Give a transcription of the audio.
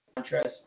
contrast